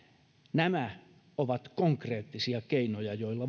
nämä ovat konkreettisia keinoja joilla